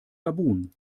gabun